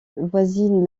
voisine